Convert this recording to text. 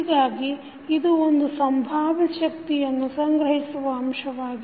ಹೀಗಾಗಿ ಇದು ಒಂದು ಸಂಭಾವ್ಯ ಶಕ್ತಿಯನ್ನು ಸಂಗ್ರಹಿಸುವ ಅಂಶವಾಗಿದೆ